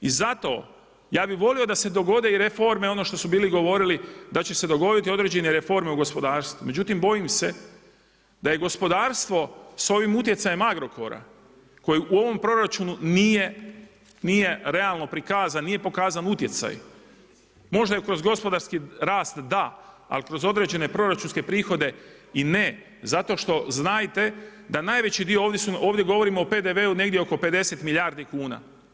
I zato ja bih volio da se dogode reforme, ono što su bili govorili da će se dogoditi određene reforme u gospodarstvu, međutim bojim se da je gospodarstvo s ovim utjecajem Agrokora koji u ovom proračunu nije realno prikazan, nije pokazan utjecaj možda je kroz gospodarski rast da, ali kroz određene proračunske prihode i ne zato što znajte da najveći dio ovdje govorimo o PDV-u negdje oko 50 milijardi kuna.